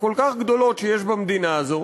הכל-כך גדולות שיש במדינה הזאת,